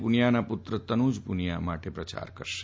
પુનિયાના પુત્ર તનુજ પુનિયા માટે પ્રચાર કરશે